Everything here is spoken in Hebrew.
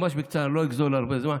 ממש בקצרה, אני לא אגזול הרבה זמן,